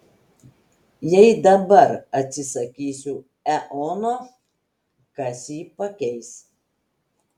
jei dabar atsisakysiu eono kas jį pakeis